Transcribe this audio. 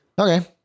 Okay